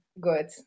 good